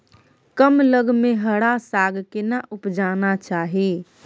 कम लग में हरा साग केना उपजाना चाही?